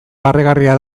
barregarria